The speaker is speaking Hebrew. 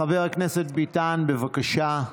חבר הכנסת ביטן, בבקשה.